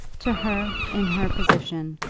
to her, in her position,